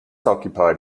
occupied